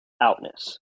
outness